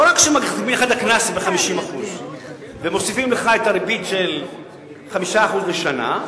לא רק שמכפילים לך את הקנס ב-50% ומוסיפים לך ריבית של 5% לשנה,